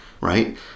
right